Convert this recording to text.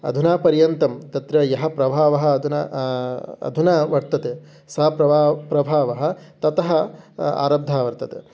अधुना पर्यन्तं तत्र यः प्रभावः अधुना अधुना वर्तते सः प्रवा प्रभावः ततः आरब्धः वर्तते